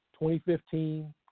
2015